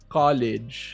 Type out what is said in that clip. college